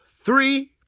three